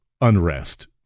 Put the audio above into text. unrest